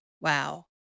Wow